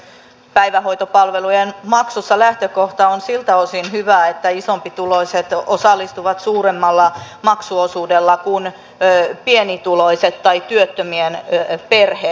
päivähoitopalvelujen maksussa lähtökohta on siltä osin hyvä että isompituloiset osallistuvat suuremmalla maksuosuudella kuin pienituloiset tai työttömien perheet